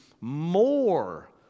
more